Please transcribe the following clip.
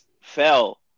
fell